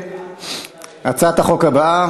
הצעת החוק עברה,